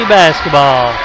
basketball